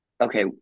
okay